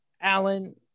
Alan